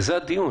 וזה הדיון.